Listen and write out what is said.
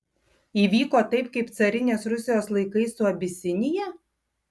įvyko taip kaip carinės rusijos laikais su abisinija